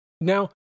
Now